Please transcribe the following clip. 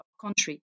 country